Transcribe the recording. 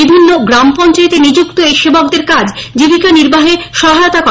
বিভিন্ন গ্রামপঞ্চায়েতে নিযুক্ত এই সেবকদের কাজ জীবিকা নির্বাহে সহায়তা করা